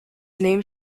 named